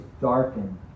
darkened